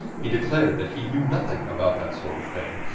he declared that he knew nothing about that sort of thing,